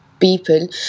people